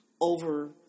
over